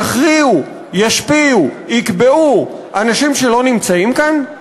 יכריעו, ישפיעו, יקבעו, אנשים שלא נמצאים כאן?